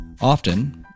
Often